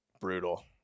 brutal